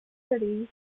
cities